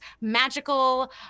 magical